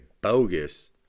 bogus